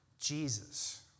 Jesus